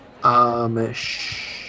Amish